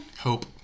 Hope